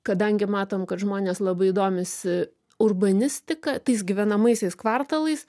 kadangi matom kad žmonės labai domisi urbanistika tais gyvenamaisiais kvartalais